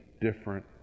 different